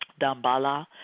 Dambala